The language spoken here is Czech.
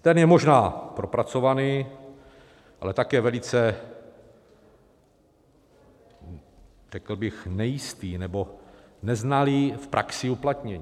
Ten je možná propracovaný, ale také velice, řekl bych, nejistý nebo neznalý v praxi uplatnění.